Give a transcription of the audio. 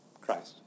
Christ